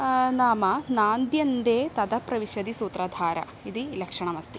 नाम नान्द्यन्ते ततःप्रविशति सूत्रधारः इति लक्षणमस्ति